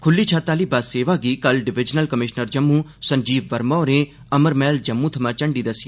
खुल्ली छत आली बस सेवा गी कल डिवीजनल कमीषनर जम्मू संजीव वर्मा होरें अमर महल जम्मू थमां झंडी दस्सी